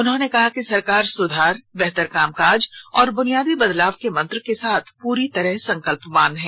उन्होंने कहा कि सरकार सुधार बेहतर कामकाज और बुनियादी बदलाव के मंत्र के साथ पूरी तरह संकल्पवान है